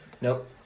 Nope